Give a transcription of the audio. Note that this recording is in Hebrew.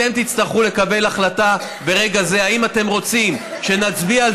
אתם תצטרכו לקבל החלטה ברגע זה: האם אתם רוצים שנצביע על